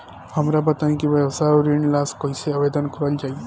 हमरा बताई कि व्यवसाय ऋण ला कइसे आवेदन करल जाई?